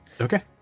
okay